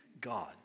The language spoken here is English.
God